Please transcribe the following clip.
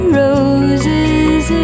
roses